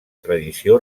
tradició